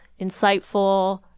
insightful